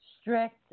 strict